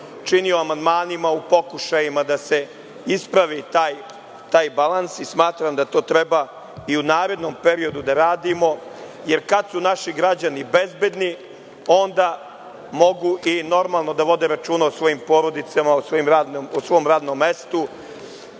činio amandmanima u pokušajima da se ispravi taj balans i smatram da to treba i u narednom periodu da radimo. Jer, kada su naši građani bezbedni onda mogu i normalno da vode računa o svojim porodicama, o svom radnom mestu